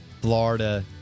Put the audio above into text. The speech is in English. Florida